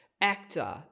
actor